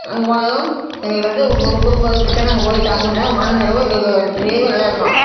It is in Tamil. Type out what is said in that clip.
அங்கே போனதும் எங்களுக்கு வந்து ஒரு குடும்ப பிரச்சனை அங்கே போய் சாமி கும்பிட்டோன்னா மனநிறைவு எங்களுக்கு தீர்வும் நல்லா இருக்கும்